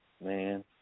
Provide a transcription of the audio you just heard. man